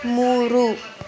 ಮೂರು